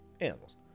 animals